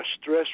stress